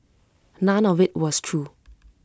none of IT was true